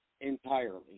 entirely